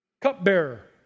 Cupbearer